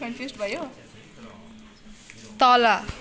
तल